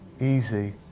easy